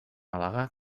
al·legar